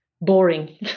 boring